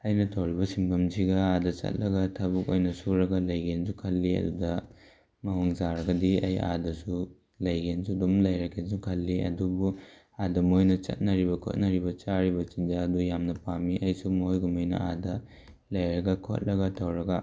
ꯑꯩꯅ ꯇꯧꯔꯤꯕ ꯁꯤꯟꯐꯝꯁꯤꯒ ꯑꯥꯗ ꯆꯠꯂꯒ ꯊꯕꯛ ꯑꯣꯏꯅ ꯁꯨꯔꯒ ꯂꯩꯒꯦꯅꯁꯨ ꯈꯜꯂꯤ ꯑꯗꯨꯗ ꯃꯑꯣꯡ ꯆꯥꯔꯒꯗꯤ ꯑꯩ ꯑꯥꯗꯁꯨ ꯂꯩꯒꯦꯅꯁꯨ ꯑꯗꯨꯝ ꯂꯩꯔꯒꯦꯁꯨ ꯈꯜꯂꯤ ꯑꯗꯨꯕꯨ ꯑꯥꯗ ꯃꯣꯏꯅ ꯆꯠꯅꯔꯤꯕ ꯈꯣꯠꯅꯔꯤꯕ ꯆꯥꯔꯤꯕ ꯆꯤꯟꯖꯥꯛ ꯑꯗꯨ ꯌꯥꯝꯅ ꯄꯥꯝꯃꯤ ꯑꯩꯁꯨ ꯃꯣꯏꯒꯨꯝꯃꯥꯏꯅ ꯑꯥꯗ ꯂꯩꯔꯒ ꯈꯣꯠꯂꯒ ꯇꯧꯔꯒ